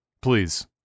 Please